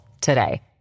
today